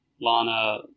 Lana